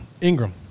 Ingram